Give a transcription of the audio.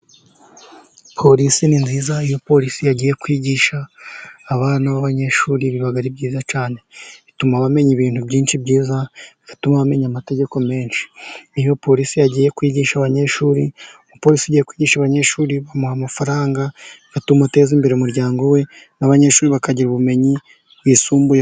Polisi ni nziza, iyo polisi yagiye kwigisha abana b'abanyeshuri biba ari byiza cyane, bituma bamenya ibintu byinshi byiza bituma bamenya amategeko menshi, iyo polisi yagiye kwigisha abanyeshuri, umupolisi ugiye kwigisha abanyeshuri bamuha amafaranga, bituma ateza imbere umuryango we n'abanyeshuri bakagira ubumenyi bwisumbuye.